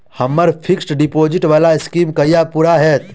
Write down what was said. हम्मर fixed deposit वला scheme कहिया पूरा हैत?